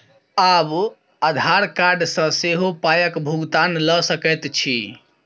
आब आधार कार्ड सँ सेहो पायक भुगतान ल सकैत छी